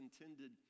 intended